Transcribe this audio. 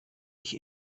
ich